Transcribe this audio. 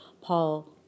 Paul